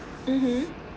mmhmm